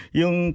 yung